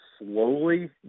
slowly